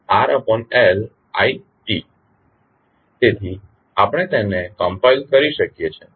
તેથી આપણે તેને કમ્પાઇલ કરી શકીએ છીએ